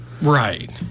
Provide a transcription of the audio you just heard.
right